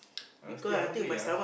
I'm still hungry ah